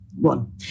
one